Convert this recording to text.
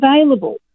available